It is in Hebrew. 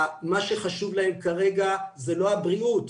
מה שחשוב להם כרגע זה לא הבריאות.